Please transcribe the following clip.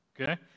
okay